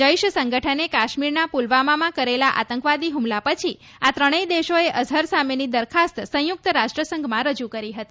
જૈશ સંગઠને કાશ્મીરના પુલવામામાં કરેલા આતંકવાદી હુમલા પછી આ ત્રણેય દેશોએ અઝહર સામેની દરખાસ્ત સંયુક્ત રાષ્ટ્રસંઘમાં રજૂ કરી હતી